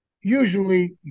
usually